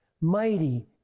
mighty